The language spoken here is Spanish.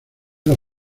dos